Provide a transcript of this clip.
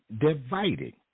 divided